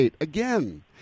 Again